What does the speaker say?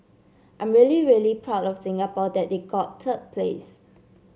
I'm really really proud of Singapore that they got third place